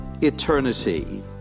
eternity